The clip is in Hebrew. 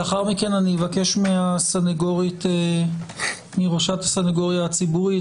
לאחר מכן אבקש מראשת הסנגורית הציבורית,